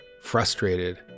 frustrated